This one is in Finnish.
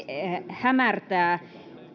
hämärtää